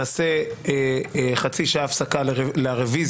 נעשה חצי שעה הפסקה לרביזיות.